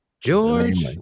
George